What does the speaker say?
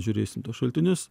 žiūrėsim į tuos šaltinius